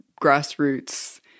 grassroots